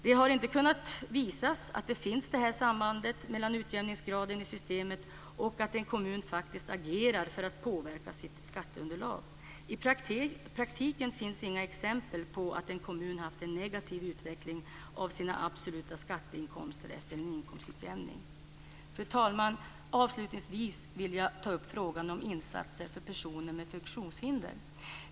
Det har inte kunnat visas att det finns ett sådant här samband mellan utjämningsgraden i systemet och att en kommun faktiskt agerar för att påverka sitt skatteunderlag. I praktiken finns det inget exempel på att en kommun har haft en negativ utveckling av sina absoluta skatteinkomster efter en inkomstutjämning. Fru talman! Avslutningsvis vill jag ta upp frågan om insatser för personer med funktionshinder.